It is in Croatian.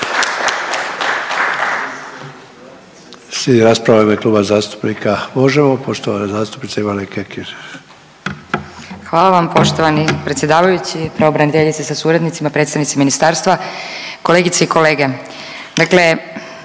Hvala vam poštovani predsjedavajući, pravobraniteljice sa suradnicima, predstavnici ministarstva, kolegice i kolege,